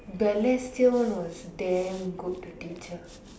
Balestier one was damn good the teacher